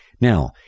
Now